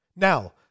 Now